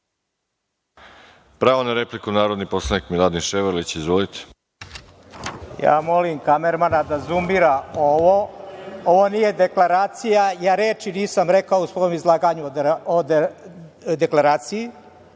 Pravo na repliku, narodni poslanik Miladin Ševarlić. Izvolite. **Miladin Ševarlić** Ja molim kamermana da zumira ovo. Ovo nije deklaracija i ja reči nisam rekao u svom izlaganju o deklaraciji.